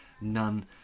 None